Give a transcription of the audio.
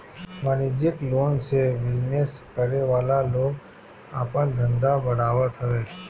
वाणिज्यिक लोन से बिजनेस करे वाला लोग आपन धंधा बढ़ावत हवे